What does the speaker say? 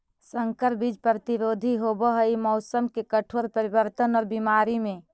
संकर बीज प्रतिरोधी होव हई मौसम के कठोर परिवर्तन और बीमारी में